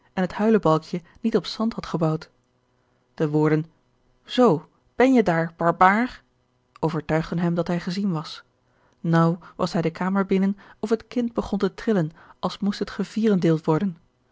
en het huilebalkje niet op zand had gebouwd de woorden zoo ben je daar george een ongeluksvogel barbaar overtuigden hem dat hij gezien was naauw was hij de kamer binnen of het kind begon te trillen als moest het gevierendeeld worden